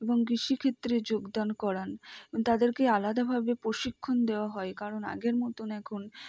এবং কৃষিক্ষেত্রে যোগদান করান তাদেরকে আলাদাভাবে প্রশিক্ষণ দেওয়া হয় কারণ আগের মতন এখন